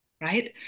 right